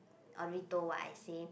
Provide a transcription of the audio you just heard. Audrey told what I say